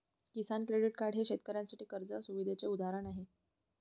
किसान credit card हे शेतकऱ्यांसाठी कर्ज सुविधेचे उदाहरण आहे